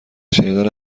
شنیدن